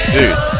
Dude